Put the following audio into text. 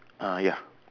ah ya